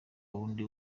wundi